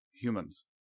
humans